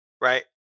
Right